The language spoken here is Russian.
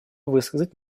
высказать